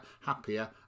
happier